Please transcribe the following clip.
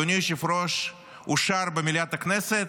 אדוני היושב-ראש, אושר במליאת הכנסת?